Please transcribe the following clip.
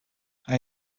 hij